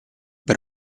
per